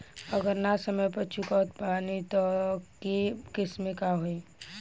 अगर ना समय पर चुका पावत बानी तब के केसमे का होई?